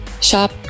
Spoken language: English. shop